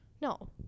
No